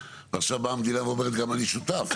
ועכשיו באה המדינה ואומרת גם אני שותף.